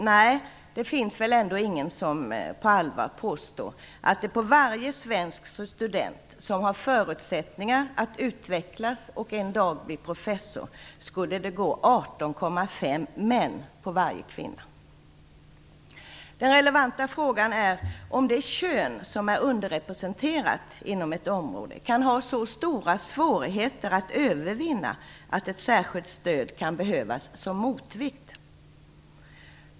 Nej, det är väl ändå ingen som på allvar påstår att det beträffande varje svensk student som har förutsättningar att utvecklas och en dag bli professor skulle gå 18,5 män på varje kvinna. Den relevanta frågan är om det kön som är underrepresenterat inom ett område kan ha så stora svårigheter att övervinna att ett särskilt stöd kan behövas som motvikt.